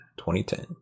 2010